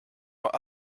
what